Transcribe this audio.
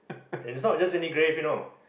and it's just not any grave you know